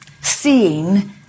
seeing